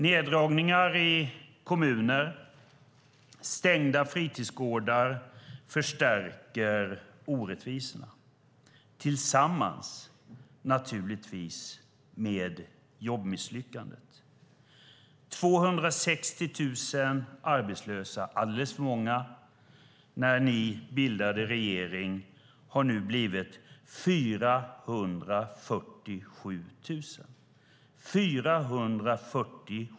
Neddragningar i kommuner och stängda fritidsgårdar förstärker orättvisorna, naturligtvis tillsammans med jobbmisslyckandet. 260 000 arbetslösa - alldeles för många - när ni bildade regering har nu blivit 447 000.